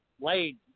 laid